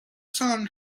sun